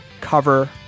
cover